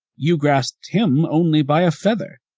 you grasped him only by a feather.